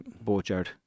boatyard